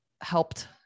helped